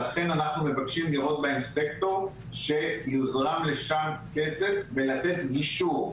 לכן אנחנו מבקשים לראות בהן סקטור שיוזרם לשם כסף ולתת גישור.